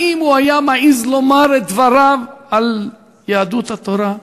האם הוא היה מעז לומר את דבריו על יהדות התורה,